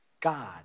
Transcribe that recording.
God